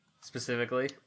specifically